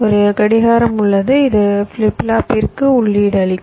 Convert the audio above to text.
ஒரு கடிகாரம் உள்ளது இது ஃபிளிப் ஃப்ளாப்பிற்கு உள்ளீடு அளிக்கும்